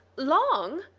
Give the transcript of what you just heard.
long!